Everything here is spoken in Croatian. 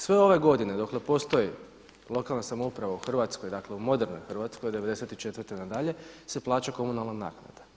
Sve ove godine dokle postoji lokalna samouprava u Hrvatskoj, dakle u modernoj Hrvatskoj od '94. nadalje se plaća komunalna naknada.